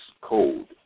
code